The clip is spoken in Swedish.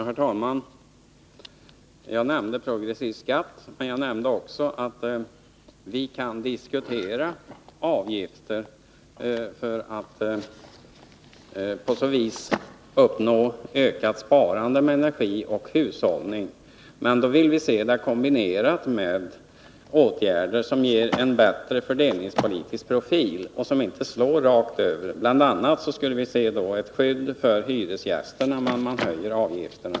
Herr talman! Jag nämnde progressiv skatt, men jag sade också att vi kan diskutera avgifter för att på så vis uppnå ökat sparande och hushållning med energi. Men då vill vi se avgifterna kombinerade med åtgärder som ger en bättre fördelningspolitisk profil. BI. a. skulle vi vilja ha ett skydd för hyresgäster om man höjer avgifterna.